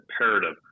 imperative